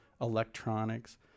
electronics